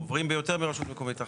עוברים ביותר מרשות מקומית אחת.